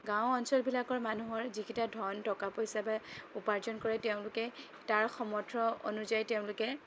গাঁও অঞ্চলবিলাকৰ মানুহৰ যিকেইটা ধন টকা পইচা বা উপাৰ্জন কৰে তেওঁলোকে তাৰ সামৰ্থ্য় অনুযায়ী তেওঁলোক